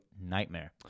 Nightmare